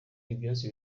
ibyatsi